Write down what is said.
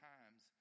Times